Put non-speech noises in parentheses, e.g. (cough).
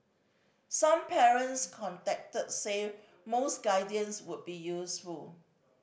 some parents contacted said more (unintelligible) guidance would be useful